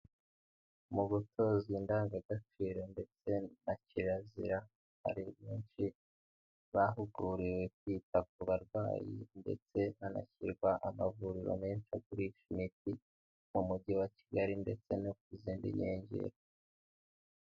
Mu gutozwa indangagaciro ndetse na kirazira, hari benshi bahuguriwe kwita ku barwayi ndetse hanashyirwa amavuriro menshi agurisha imiti, mu mujyi wa Kigali ndetse no ku zindi nkengero.